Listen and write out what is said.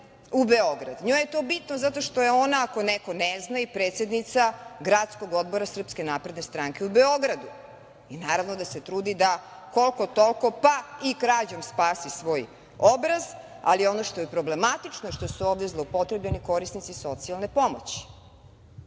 u Beograd. Njoj je to bitno zato što je ona, ako neko ne zna, i predsednica Gradskog odbora SNS u Beogradu, i naravno da se trudi da koliko-toliko, pa i krađom, spasi svoj obraz, ali ono što je problematično je što su ovde zloupotrebljeni korisnici socijalne pomoći. Ti